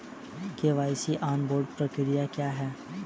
KYC onboarding प्रक्रिया क्या है?